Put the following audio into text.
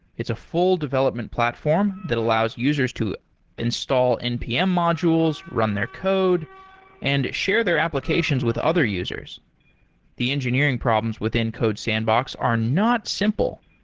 it's a full development platform that allows users to install npm modules, run their code and share their applications with other users the engineering problems within codesandbox are not simple.